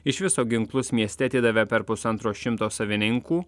iš viso ginklus mieste atidavė per pusantro šimto savininkų